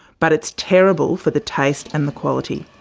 but it's terrible for the taste and the quality.